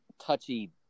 touchy